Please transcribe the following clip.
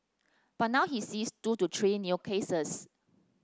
but now he sees two to three new cases